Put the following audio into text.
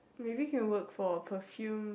maybe can work for a perfume